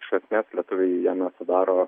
iš esmės lietuviai jame sudaro